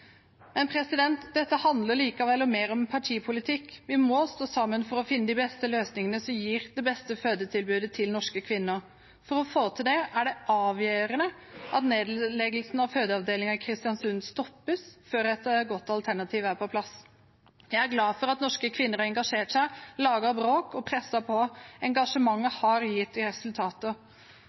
Dette handler likevel om mer enn partipolitikk. Vi må stå sammen for å finne de beste løsningene som gir det beste fødetilbudet til norske kvinner. For å få til det er det avgjørende at nedleggelsen av fødeavdelingen i Kristiansund stoppes før et godt alternativ er på plass. Jeg er glad for at norske kvinner har engasjert seg, laget bråk og presset på. Engasjementet har gitt resultater.